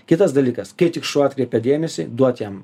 kitas dalykas kai tik šuo atkreipia dėmesį duot jam